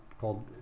called